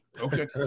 Okay